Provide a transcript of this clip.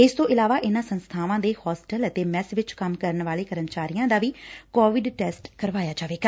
ਇਸ ਤੋਂ ਇਲਾਵਾ ਇਨੁਾਂ ਸੰਸਥਾਵਾਂ ਦੇ ਹੋਸਟਲ ਅਤੇ ਮੈੱਸ ਵਿਚ ਕੰਮ ਕਰਨ ਵਾਲੇ ਮੁਲਾਜ਼ਮਾਂ ਦਾ ਵੀ ਕੋਵਿਡ ਟੈਸਟ ਕਰਾਇਆ ਜਾਏਗਾ